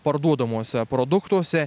parduodamuose produktuose